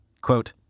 Quote